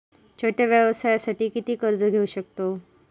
छोट्या व्यवसायासाठी किती कर्ज घेऊ शकतव?